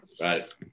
right